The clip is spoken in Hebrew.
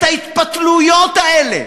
את ההתפתלויות האלה